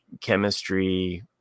chemistry